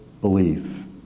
believe